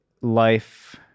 life